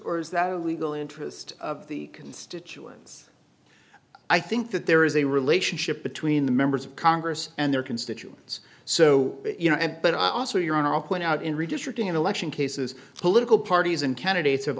or is that a legal interest of the constituents i think that there is a relationship between the members of congress and their constituents so you know but i also your honor i'll quit out in redistricting in election cases political parties and candidates have